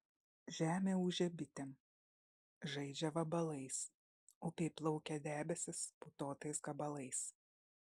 žemė ūžia bitėm žaidžia vabalais upėj plaukia debesys putotais gabalais